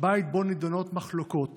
הבית שבו נדונות מחלוקות